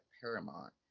paramount